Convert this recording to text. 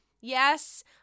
Yes